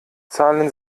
zahlen